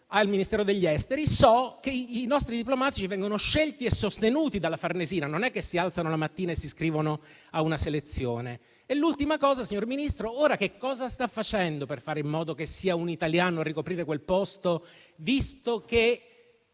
al Ministero degli affari esteri, infatti, io so che i nostri diplomatici vengono scelti e sostenuti dalla Farnesina: non si alzano la mattina e si iscrivono a una selezione. Da ultimo, signor Ministro, chiedo che cosa sta facendo ora per fare in modo che sia un italiano a ricoprire quel posto, visto che